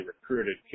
recruited